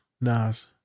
Nas